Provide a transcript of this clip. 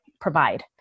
provide